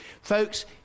Folks